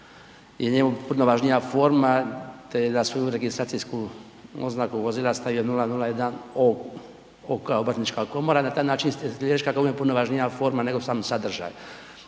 je njemu puno važnija forma, te da su registracijsku oznaku vozila stavili 001 OK kao obrtnička komora, na taj način ste …/Govornik se ne razumije/…kako je puno važnija forma, nego sam sadržaj.